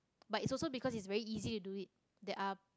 but it's also because it's very easy to do it there are